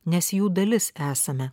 nes jų dalis esame